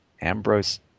Ambrose